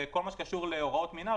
כל מה שקשור להוראות מינהל,